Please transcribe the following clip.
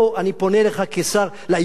אני פונה אליך כשר לאיומים,